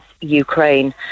ukraine